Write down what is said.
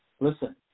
Listen